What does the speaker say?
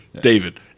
David